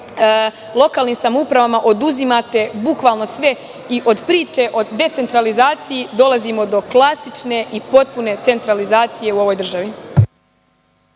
lokalnim samoupravama oduzimate bukvalno sve i od priče o decentralizaciji dolazimo do klasične i potpune centralizacije u ovoj državi.